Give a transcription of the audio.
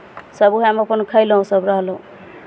सभ उएहमे अपन सभ खयलहुँ सभ रहलहुँ